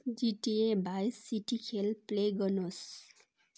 जिटिए Vice City खेल play गर्नुहोस्